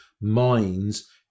minds